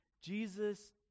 Jesus